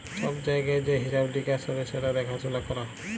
ছব জায়গায় যে হিঁসাব লিকাস হ্যবে সেট দ্যাখাসুলা ক্যরা